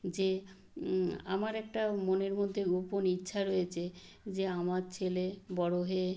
যে আমার একটা মনের মধ্যে গোপন ইচ্ছা রয়েছে যে আমার ছেলে বড়ো হয়ে